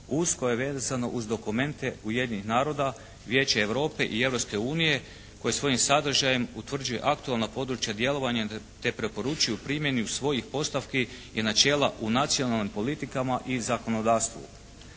usko je vezano uz dokumente Ujedinjenih naroda, Vijeća Europe i Europske unije koje svojim sadržajem utvrđuje aktualna područja djelovanja, te preporučuju u primjeni svojih postavki i načela u nacionalnim politikama i zakonodavstvu.